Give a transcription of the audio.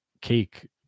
cake